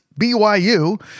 BYU